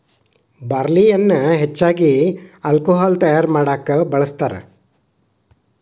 ಬಾರ್ಲಿಯನ್ನಾ ಹೆಚ್ಚಾಗಿ ಹಾಲ್ಕೊಹಾಲ್ ತಯಾರಾ ಮಾಡಾಕ ಬಳ್ಸತಾರ